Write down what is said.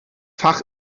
fach